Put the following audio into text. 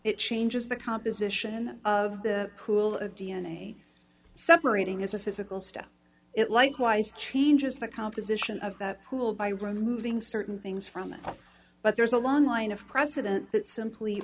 it changes the composition of the pool of d n a separating as a physical stuff it likewise changes the composition of that pool by removing certain things from it but there is a long line of president that simply